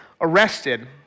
arrested